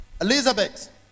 Elizabeth